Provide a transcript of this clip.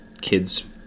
kids